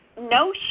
no